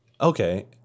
Okay